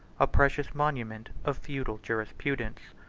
a precious monument of feudal jurisprudence.